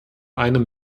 einem